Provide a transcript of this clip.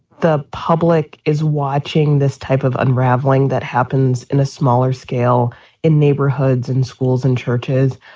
the public is watching this type of unraveling that happens in a smaller scale in neighborhoods, in schools and churches.